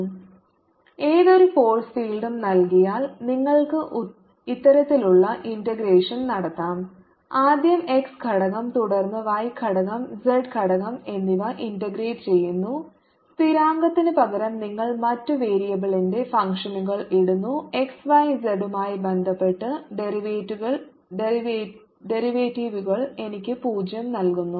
Vxyz x2yzf ∂V∂z x2y∂f∂z x2y dfdz0fconstant Vxyz x2yzconstant ഏതൊരു force ഫീൽഡും നൽകിയാൽ നിങ്ങൾക്ക് ഇത്തരത്തിലുള്ള ഇന്റഗ്രേഷൻ നടത്താം ആദ്യം x ഘടകം തുടർന്ന് y ഘടകം z ഘടകം എന്നിവ ഇന്റഗ്രേറ്റ് ചെയ്യുന്നു സ്ഥിരാങ്കത്തിനു പകരം നിങ്ങൾ മറ്റ് വേരിയബിളിന്റെ ഫംഗ്ഷനുകൾ ഇടുന്നു x y z യുമായി ബന്ധപ്പെട്ട് ഡെറിവേറ്റീവുകൾ എനിക്ക് പൂജ്യം നൽകുന്നു